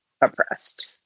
oppressed